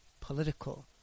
political